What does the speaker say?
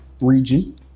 region